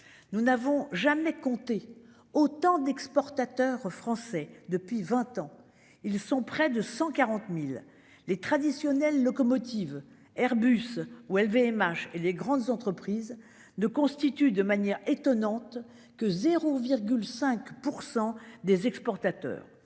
nous n'avons jamais compté autant d'exportateurs français depuis 20 ans, ils sont près de 140.000 les traditionnelles locomotives Airbus ou LVMH et les grandes entreprises de constitue de manière étonnante que 0,5% des exportateurs